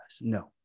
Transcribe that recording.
no